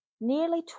nearly